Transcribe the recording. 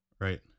right